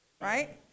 right